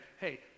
hey